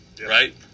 right